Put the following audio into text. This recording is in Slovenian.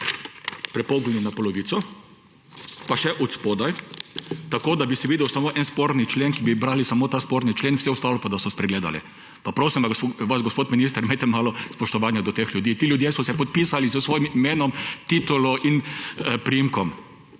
prepognili na polovico pa še spodaj, tako da bi se videl samo en sporen člen, in bi brali samo ta sporni člen, vse ostalo pa bi spregledali. Pa prosim vas, gospod minister, imejte malo spoštovanja do teh ljudi. Ti ljudje so se podpisali s svojim imenom, titulo in priimkom.